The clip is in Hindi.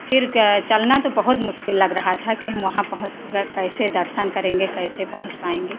फिर चलना तो बहुत मुश्किल लग रहा था कि हम वहां पहुँच के कैसे दर्शन करेंगे कैसे पहुँच पाएंगे